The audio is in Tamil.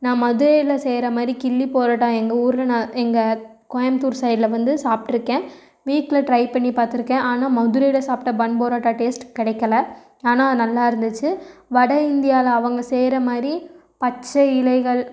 நான் மதுரையில் செய்கிற மாதிரி கிழி பொரோட்டா எங்கள் ஊரில் நான் எங்கள் கோயமுத்தூர் சைடில் வந்து சாப்பிட்ருக்கேன் வீட்டில் ட்ரை பண்ணி பாத்திருக்கேன் ஆனால் மதுரையில் சாப்பிட்ட பன் பொரோட்டா டேஸ்ட் கிடைக்கல ஆனால் நல்லாயிருந்துச்சி வட இந்தியாவில் அவங்கள் செய்கிற மாதிரி பச்சை இலைகள்